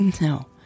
No